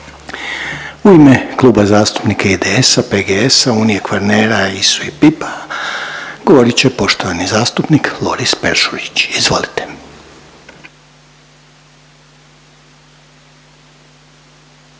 U ime Kluba zastupnika IDS-a, PGS-a, Unije Kvarnera i ISU-PIP-a govorit će poštovani zastupnik Loris Peršurić, izvolite.